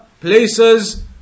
places